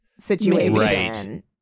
situation